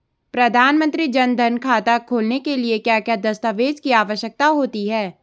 प्रधानमंत्री जन धन खाता खोलने के लिए क्या क्या दस्तावेज़ की आवश्यकता होती है?